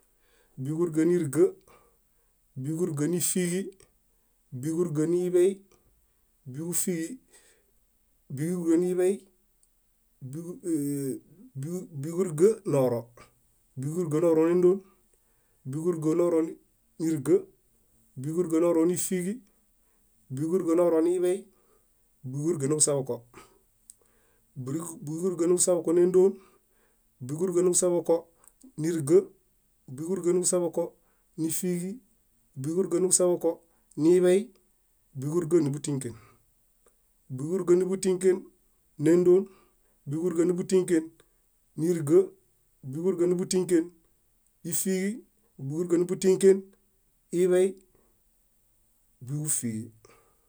bíġuriġaniriga, bíġuriġanifiġi, bíġuriġa niḃey, bíġufiġi, bíġuriġa niḃey, ii- áa- bíġuriġa noro, bíġuriġa noro níriga, bíġuriġa noro nífiġi, bíġuriġa noroniḃey, bíġuriġa niġuseḃoko, bíġuriġa niġuseḃoko néndon, bíġuriġa niġuseḃoko níriga, bíġuriġa niġuseḃoko nífiġi, bíġuriġa niġuseḃokoniḃey, bíġuriġaniḃutĩken, bíġuriġaniḃutĩkenendon, bíġuriġaniḃutĩkeniriga, bíġuriġaniḃutĩken ífiġi, bíġuriġaniḃutĩken iḃey, bíġufiġi.